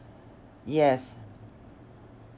yes